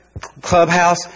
clubhouse